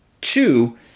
Two